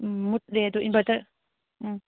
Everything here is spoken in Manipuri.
ꯎꯝ ꯃꯨꯠꯂꯦ ꯑꯗꯣ ꯏꯟꯚꯔꯇꯔ ꯎꯝ